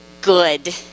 good